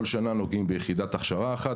כל שנה נוגעים ביחידת הכשרה אחת.